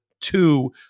two